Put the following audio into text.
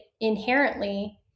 inherently